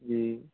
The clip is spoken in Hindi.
जी